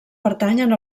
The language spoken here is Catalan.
pertanyen